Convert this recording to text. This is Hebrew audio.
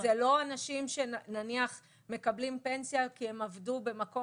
אלה לא אנשים שמקבלים פנסיה כי הם עבדו במקום